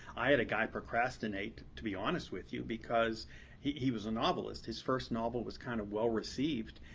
i had a guy procrastinate, to be honest with you, because he he was a novelist. his first novel was kind of well received.